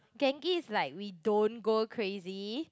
Genki is like we don't go crazy